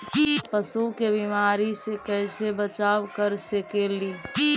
पशु के बीमारी से कैसे बचाब कर सेकेली?